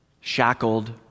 shackled